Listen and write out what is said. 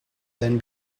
then